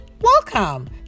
welcome